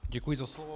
Děkuji za slovo.